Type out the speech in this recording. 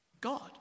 God